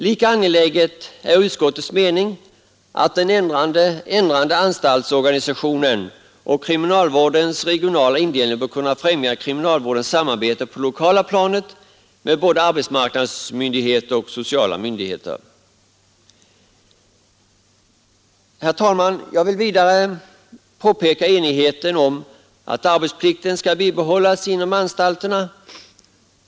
Lika angeläget är det enligt utskottets mening att den ändrade anstaltsorganisationen och kriminalvårdens regionala indelning främjar kriminalvårdens samarbete på det lokala planet med både arbetsmarknadsmyndigheter och sociala myndigheter. Herr talman! Jag vill vidare peka på enigheten om att arbetsplikten skall bibehållas inom anstalterna.